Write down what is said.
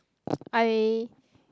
I